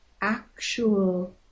actual